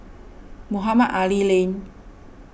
Mohamed Ali Lane